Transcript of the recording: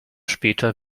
später